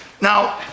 Now